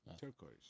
Turquoise